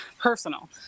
personal